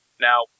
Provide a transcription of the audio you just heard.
now